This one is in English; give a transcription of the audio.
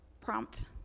prompt